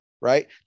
right